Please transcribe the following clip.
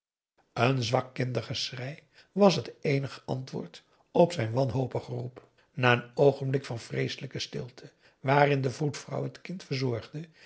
een zwak kindergeschrei was het eenig antwoord op zijn wanhopig geroep na een oogenblik van vreeselijke stilte waarin de vroedvrouw het kind verzorgde